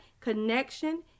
connection